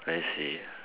I see